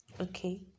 okay